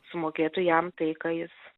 sumokėtų jam tai ką jis